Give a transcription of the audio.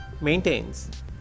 maintains